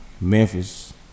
Memphis